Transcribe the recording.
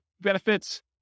benefits